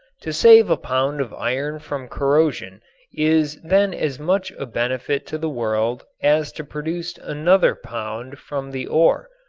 to save a pound of iron from corrosion is then as much a benefit to the world as to produce another pound from the ore.